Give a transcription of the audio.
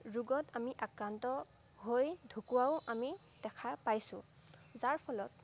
ৰোগত আমি আক্ৰান্ত হৈ ঢুকুৱাও আমি দেখা পাইছোঁ যাৰ ফলত